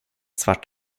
svart